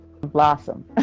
blossom